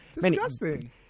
Disgusting